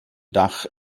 dach